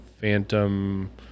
Phantom